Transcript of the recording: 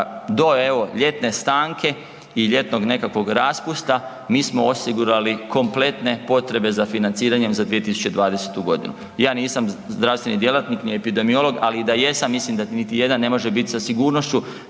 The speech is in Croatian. do ljetne stanke i ljetnog nekakvog raspusta mi smo osigurali kompletne potrebe za financiranjem za 2020. godinu. Ja nisam zdravstveni djelatni ni epidemiolog, ali i da jesam mislim da niti jedan ne može biti sa sigurnošću